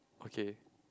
okay